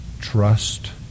trust